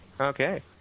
Okay